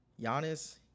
Giannis